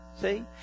See